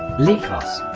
lycos